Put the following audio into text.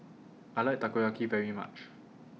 I like Takoyaki very much